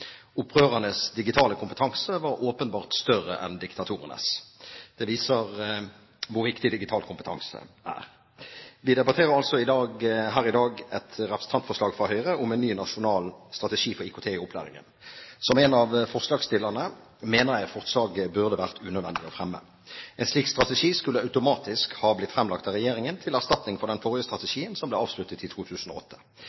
digitale kompetanse var åpenbart større enn diktatorenes. Det viser hvor viktig digital kompetanse er. Vi debatterer her i dag et representantforslag fra Høyre om en ny nasjonal strategi for IKT i opplæringen. Som en av forslagsstillerne mener jeg forslaget burde vært unødvendig å fremme. En slik strategi skulle automatisk ha blitt fremlagt av regjeringen til erstatning for den forrige